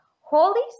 holy